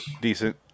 decent